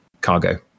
cargo